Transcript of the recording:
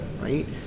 right